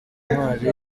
intwari